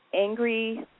angry